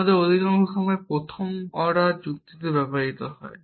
আমাদের অধিকাংশ সময় প্রথম অর্ডার যুক্তিতে ব্যয় হবে